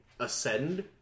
ascend